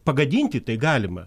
pagadinti tai galima